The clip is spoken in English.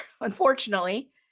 unfortunately